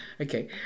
Okay